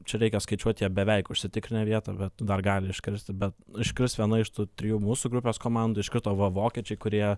čia reikia skaičiuoti jie beveik užsitikrinę vietą bet dar gali iškristi bet iškris viena iš tų trijų mūsų grupės komandų iš karto va vokiečiai kurie